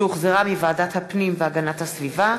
שהחזירה ועדת הפנים והגנת הסביבה,